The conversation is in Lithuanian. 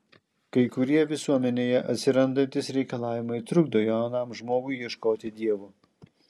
kai kurie visuomenėje atsirandantys reikalavimai trukdo jaunam žmogui ieškoti dievo